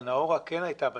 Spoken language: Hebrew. אבל נאעורה כן הייתה בתכנון,